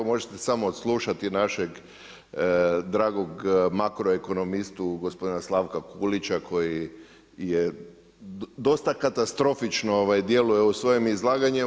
Možete samo odslušati našeg dragog makro ekonomistu gospodina Slavka Kulića koji je dosta katastrofično djeluje u svojem izlaganju.